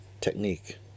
technique